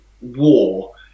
war